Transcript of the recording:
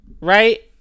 Right